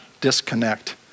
disconnect